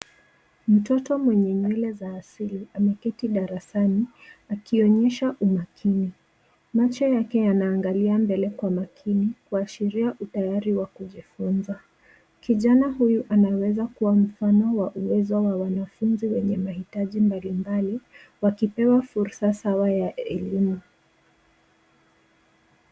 Mtoto mwenye nywele za asili ameketi darasani akionyesha umakini, macho yake yanaangalia mbele kwa makini kuashiria utayari wa kujifunza, kijana huyu anaweza kuwa mfano wa uwezo wa wanafunzi wenye mahitaji mbalimbali wakipewa fursa sawa ya elimu.